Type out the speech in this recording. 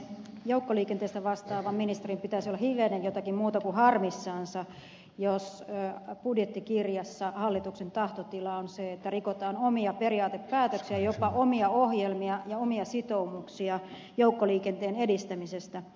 joukkoliikenteestä vastaavan ministerin pitäisi olla hivenen jotakin muuta kuin harmissansa jos budjettikirjassa hallituksen tahtotila on se että rikotaan omia periaatepäätöksiä ja jopa omia ohjelmia ja omia sitoumuksia joukkoliikenteen edistämisestä